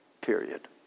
Period